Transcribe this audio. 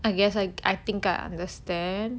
I guess I I think I understand